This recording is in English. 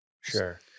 Sure